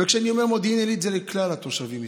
וכשאני אומר מודיעין עילית זה לכלל התושבים מסביב,